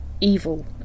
evil